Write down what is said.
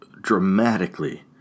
dramatically